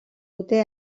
dute